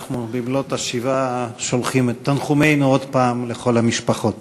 במלאות השבעה אנחנו שולחים עוד פעם את תנחומינו לכל המשפחות.